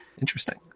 Interesting